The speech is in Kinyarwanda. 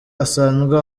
asanzwe